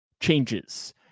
changes